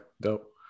Dope